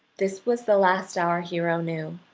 this was the last our hero knew,